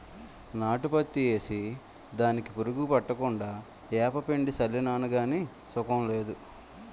నాటు పత్తి ఏసి దానికి పురుగు పట్టకుండా ఏపపిండి సళ్ళినాను గాని సుకం లేదు